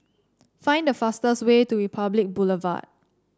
find the fastest way to Republic Boulevard